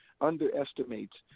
underestimates